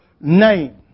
name